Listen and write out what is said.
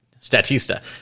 Statista